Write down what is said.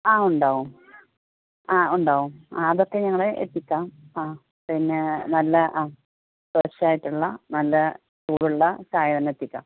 ആ ഉണ്ടാവും ആ ഉണ്ടാവും അതൊക്കെ ഞങ്ങൾ എത്തിക്കാം ആ പിന്നെ നല്ല ആ ഫ്രഷ് ആയിട്ടുള്ള നല്ല ചൂടുള്ള ചായ തന്നെ എത്തിക്കാം